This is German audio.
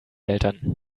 eltern